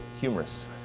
humorous